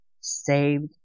saved